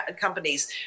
companies